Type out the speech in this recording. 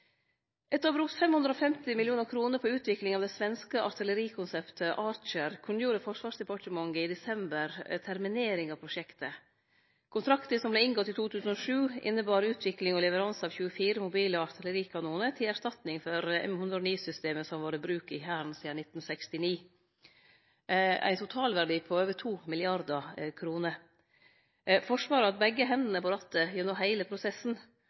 550 mill. kr på utvikling av det svenske artillerikonseptet Archer kunngjorde Forsvarsdepartementet i desember terminering av prosjektet. Kontrakten, som vart inngått i 2007, innebar utvikling og leveranse av 24 mobile artillerikanonar til erstatning for M109-systemet som har vore i bruk i Hæren sidan 1969 – ein totalverdi på over 2 mrd. kr. Forsvaret har hatt begge hendene på rattet gjennom heile prosessen,